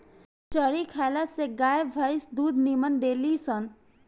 चरी कईला से गाई भंईस दूध निमन देली सन